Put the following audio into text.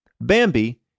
Bambi